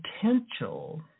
potential